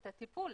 את הטיפול,